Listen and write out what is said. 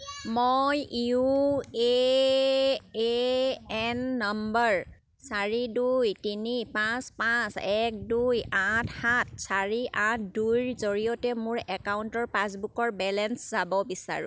মই U A A N number চাৰি দুই তিনি পাঁচ পাঁচ এক দুই আঠ সাত চাৰি আঠ দুইৰ জৰিয়তে মোৰ একাউণ্টৰ পাছবুকৰ বেলেঞ্চ চাব বিচাৰোঁ